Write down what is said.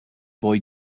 boy